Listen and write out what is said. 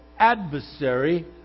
adversary